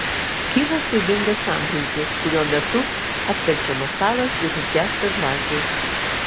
kyla siaubingas sambrūzdis kurio metu apverčiamas stalas ir užgęsta žvakės